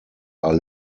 are